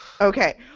Okay